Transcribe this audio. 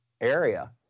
area